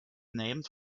named